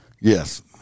Yes